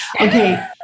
Okay